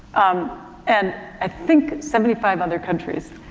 um, and i think seventy five other countries.